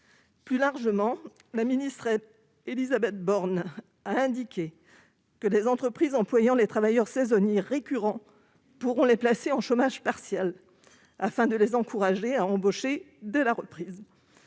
Plus largement, la ministre Élisabeth Borne a indiqué que les entreprises employant des travailleurs saisonniers récurrents pourront recourir au chômage partiel afin de les encourager à embaucher dès la reprise.